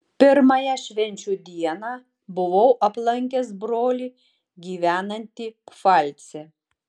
pirmąją švenčių dieną buvau aplankęs brolį gyvenantį pfalce